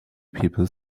people